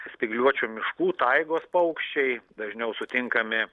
spygliuočių miškų taigos paukščiai dažniau sutinkami